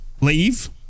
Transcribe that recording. leave